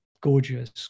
gorgeous